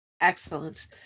excellent